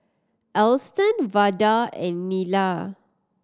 Alston Vada and Nila